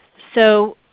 so